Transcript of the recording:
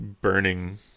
burning